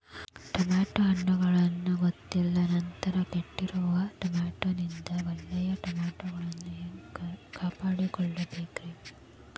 Tomato ಹಣ್ಣುಗಳನ್ನ ಗೊತ್ತಿಲ್ಲ ನಂತರ ಕೆಟ್ಟಿರುವ ಟಮಾಟೊದಿಂದ ಒಳ್ಳೆಯ ಟಮಾಟೊಗಳನ್ನು ಹ್ಯಾಂಗ ಕಾಪಾಡಿಕೊಳ್ಳಬೇಕರೇ?